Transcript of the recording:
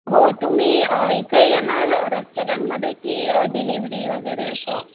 हो तुम्ही इथे येणार रेस्टॉरंटमध्ये की डिलिव्हरी वगैरे असं